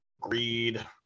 greed